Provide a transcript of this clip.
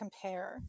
compare